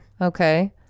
okay